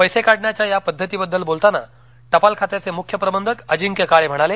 पैसे काढण्याच्या या पद्धतीबद्दल बोलताना टपाल खात्याचे मुख्य प्रबंधक अजिंक्य काळे म्हणाले